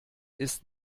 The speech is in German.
ist